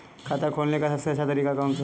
खाता खोलने का सबसे अच्छा तरीका कौन सा है?